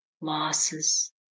losses